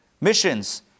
missions